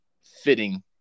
fitting